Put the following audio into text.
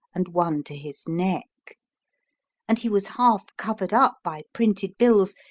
and one to his neck and he was half covered up by printed bills,